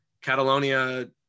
Catalonia